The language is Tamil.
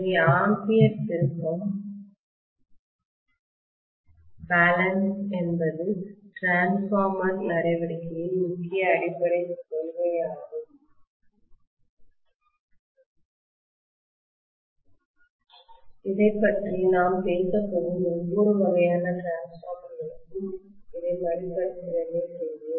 எனவே ஆம்பியர் திருப்பம் பேலன்ஸ் என்பது டிரான்ஸ்பார்மர் நடவடிக்கையின் முக்கிய அடிப்படைக் கொள்கையாகும் இதைப் பற்றி நாம் பேசப்போகும் ஒவ்வொரு வகையான டிரான்ஸ்பார்மர்களுக்கும் இதை மறுபரிசீலனை செய்வோம்